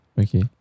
Okay